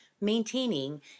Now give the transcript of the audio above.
maintaining